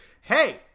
hey